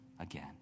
again